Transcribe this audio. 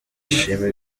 ashima